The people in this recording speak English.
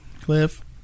Cliff